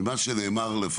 מה שנאמר בעקבות הדיונים,